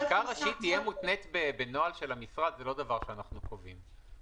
-- חקיקה ראשית שתהיה מותנית בנוהל של המשרד - לא דבר שאנחנו קובעים.